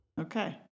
Okay